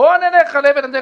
אני לא יכול להתייחס,